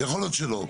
יכול להיות שלא.